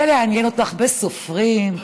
ולעניין אותך בסופרים,